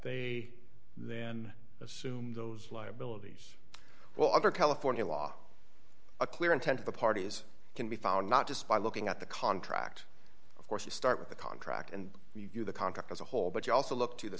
they then assume those liabilities well under california law a clear intent of the parties can be found not just by looking at the contract of course you start with the contract and review the contract as a whole but you also look to the